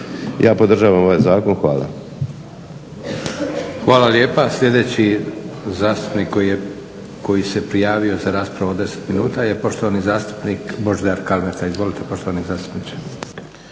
Ja podržavam ovaj zakon. Hvala.